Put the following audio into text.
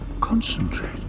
Concentrate